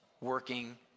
working